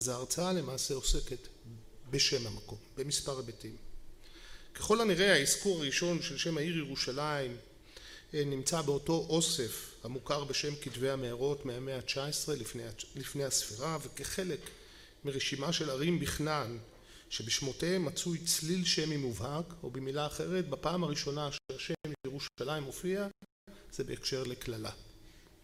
אז ההרצאה למעשה עוסקת בשם המקום במספר היבטים ככל הנראה האזכור הראשון של שם העיר ירושלים נמצא באותו אוסף המוכר בשם כתבי המערות מהמאה התשע עשרה לפני, לפני הספירה וכחלק מרשימה של ערים בכנען שבשמותיהם מצוי צליל שמי מובהק או במילה אחרת בפעם הראשונה שהשם ירושלים הופיע זה בהקשר לקללה